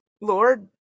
Lord